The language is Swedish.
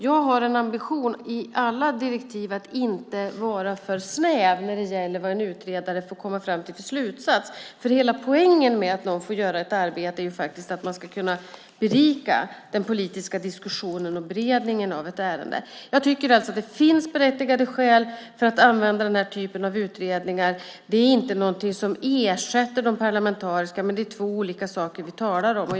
Jag har en ambition i alla direktiv att inte vara för snäv när det gäller vad en utredare får komma fram till för slutsats, för hela poängen med att någon får göra ett arbete är ju faktiskt att man ska kunna berika den politiska diskussionen och beredningen av ett ärende. Jag tycker alltså att det finns berättigade skäl för att använda den här typen av utredningar. Det är inte någonting som ersätter de parlamentariska. Det är två olika saker vi talar om.